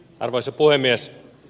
arvoisa puhemies